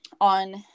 on